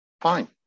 fine